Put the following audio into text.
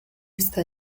está